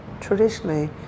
traditionally